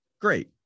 great